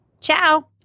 ciao